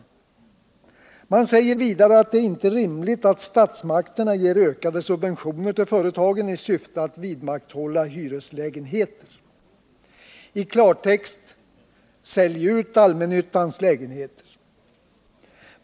Moderaterna säger vidare att det inte är rimligt att statsmakterna ger ökade subventioner till företagen i syfte att vidmakthålla hyreslägenheter, I klartext: Sälj ut allmännyttans lägenheter!